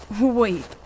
Wait